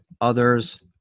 others